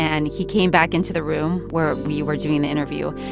and he came back into the room where we were doing the interview,